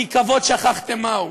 כי כבוד, שכחתם מהו.